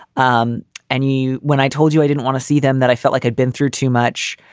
um and you when i told you i didn't want to see them, that i felt like i'd been through too much.